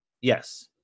Yes